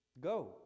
Go